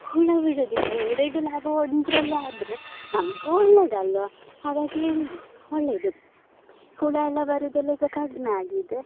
ಹುಳು ಬಿಡುವುದಿಲ್ಲ ಎರಡೆರಡು ಲಾಭ ಒಂದರಲ್ಲೇ ಆದರೆ ನಮಗೂ ಒಳ್ಳೇದಲ್ಲವಾ ಹಾಗಾಗಿ ಒಳ್ಳೆಯದು ಹುಳು ಎಲ್ಲ ಬರುವುದೆಲ್ಲ ಈಗ ಕಡಿಮೆಯಾಗಿದೆ